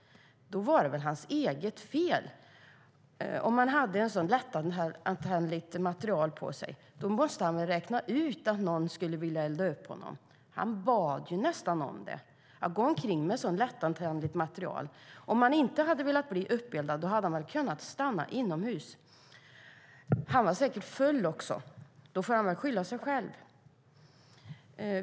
Då var det väl hans eget fel om han hade ett så lättantändligt material på sig. Då måste han väl ha räknat ut att någon skulle vilja elda upp honom. Han bad ju nästan om det genom att gå omkring med ett så lättantändligt material. Om han inte hade velat bli uppeldad hade han väl kunnat stanna inomhus. Han var säkert full också. Då får han väl skylla sig själv.